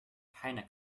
keiner